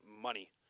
money